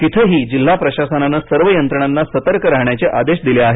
तिथेही जिल्हा प्रशासनानं सर्व यंत्रणांना सतर्क राहण्याचे आदेश दिले आहेत